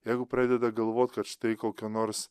jeigu pradeda galvot kad štai kokio nors